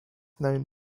known